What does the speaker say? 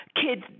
kids